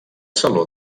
saló